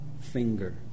finger